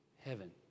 Heaven